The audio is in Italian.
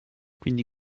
quindi